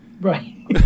Right